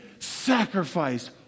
sacrifice